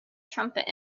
trumpet